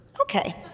Okay